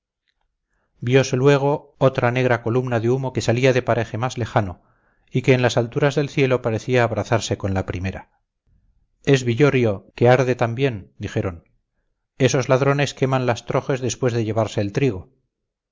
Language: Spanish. viose luego otra negra columna de humo que salía de paraje más lejano y que en las alturas del cielo parecía abrazarse con la primera es villorio que arde también dijeron esos ladrones queman las trojes después de llevarse el trigo